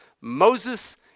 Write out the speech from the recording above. Moses